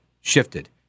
shifted